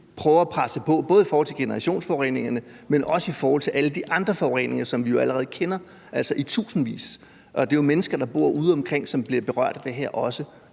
prøver at presse på, både i forhold til generationsforureningerne, men også i forhold til alle de andre forureninger, som vi jo allerede kender i tusindvis. Det er jo mennesker, som bor udeomkring, som også bliver berørt af det her –